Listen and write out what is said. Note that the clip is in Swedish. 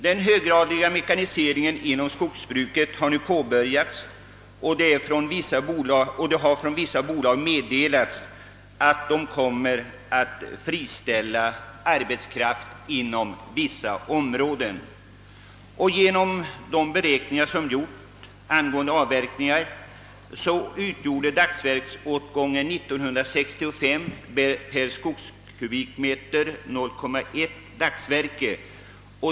Den höggradiga mekaniseringen inom skogsbruket har nu påbörjats, och vissa bolag har meddelat att de kommer att friställa arbetskraft inom en del områden. Enligt de beräkningar som gjorts angående avverkningar utgjorde dagsverksåtgången år 1965 per skogskubikmeter 0,31 dagsverken.